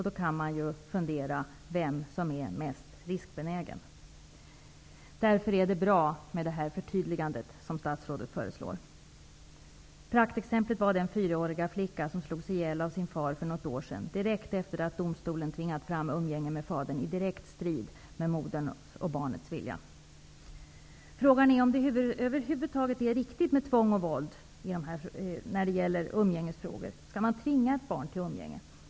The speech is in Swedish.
Då kan man ju fundera över vem som är mest riskbenägen. Därför är det bra med det förtydligande som statsrådet föreslår. Praktexemplet var den 4-åriga flicka som slogs ihjäl av sin far för något år sedan, direkt efter det att domstolen tvingat fram umgänge med fadern i strid med moderns och barnets vilja. Frågan är om det över huvud taget är riktigt med tvång och våld i umgängesfrågor. Skall man tvinga ett barn till umgänge?